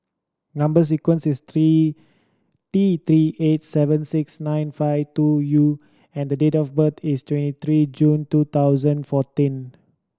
number sequence is three T Three eight seven six nine five two U and date of birth is twenty three June two thousand fourteen